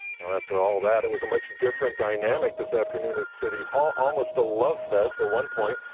after all of that it was a much different dynamic this afternoon at city hall, almost a love fest, at one point,